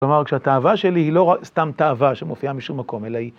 כלומר, כשהתאווה שלי היא לא סתם תאווה שמופיעה משום מקום, אלא היא...